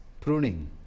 pruning